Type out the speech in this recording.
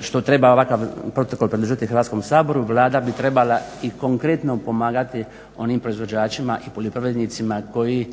što treba ovakav protokol predložiti Hrvatskom saboru, Vlada bi trebala i konkretno pomagati onim proizvođačima i poljoprivrednicima koji